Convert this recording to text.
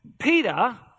Peter